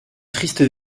triste